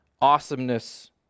awesomeness